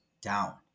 down